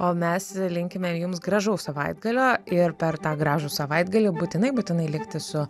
o mes linkime jums gražaus savaitgalio ir per tą gražų savaitgalį būtinai būtinai likti su